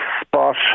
spot